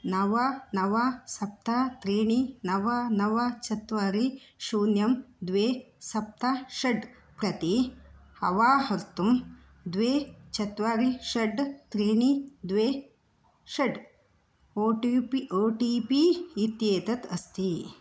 नव नव सप्त त्रीणि नव नव चत्वारि शून्यं द्वे सप्त षट् प्रति अवाहर्तुं द्वे चत्वारि षट् त्रीणि द्वे षट् O T P O T P इत्येतत् अस्ति